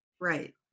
Right